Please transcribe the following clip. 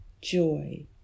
joy